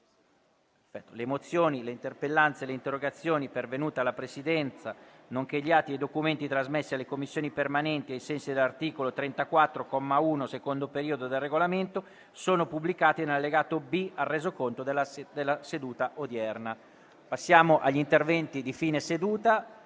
Le mozioni, le interpellanze e le interrogazioni pervenute alla Presidenza, nonché gli atti e i documenti trasmessi alle Commissioni permanenti ai sensi dell'articolo 34, comma 1, secondo periodo, del Regolamento sono pubblicati nell'allegato B al Resoconto della seduta odierna. **Ordine del giorno per la seduta